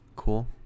Cool